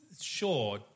sure